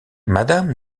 madame